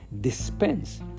dispense